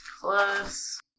plus